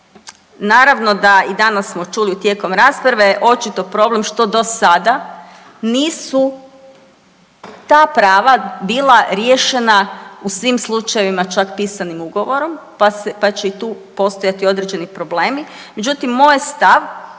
Naravno da i danas smo čuli tijekom rasprave očito problem što do sada nisu ta prava bila riješena u svim slučajevima čak pisanim ugovorom, pa će i tu postojati određeni problemi.